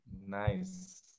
Nice